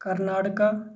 Karnataka